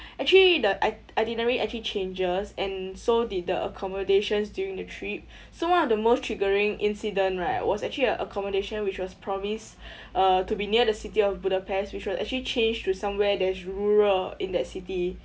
actually the i~ itinerary actually changes and so did the accommodations during the trip so one of the most triggering incident right was actually a accommodation which was promised uh to be near the city of budapest which will actually change to somewhere that's rural in that city